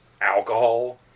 alcohol